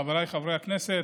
חבריי חברי הכנסת,